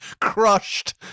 crushed